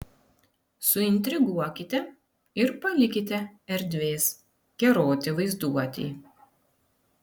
suintriguokite ir palikite erdvės keroti vaizduotei